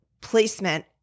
placement